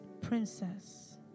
Princess